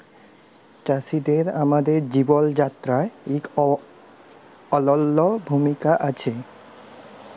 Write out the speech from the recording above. চাষীদের আমাদের জীবল যাত্রায় ইক অলল্য ভূমিকা আছে